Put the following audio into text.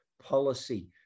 Policy